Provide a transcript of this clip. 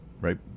right